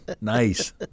Nice